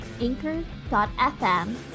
anchor.fm